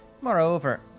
Moreover